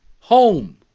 home